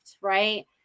right